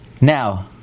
Now